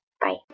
Bye